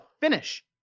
finish